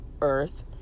Earth